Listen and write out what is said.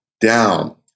down